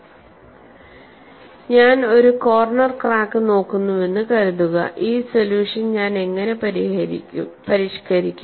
SIF corner crack ഞാൻ ഒരു corner crack നോക്കുന്നുവെന്ന് കരുതുക ഈ സൊല്യൂഷൻ ഞാൻ എങ്ങനെ പരിഷ്കരിക്കും